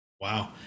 Wow